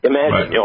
Imagine